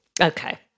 Okay